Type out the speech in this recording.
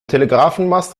telegrafenmast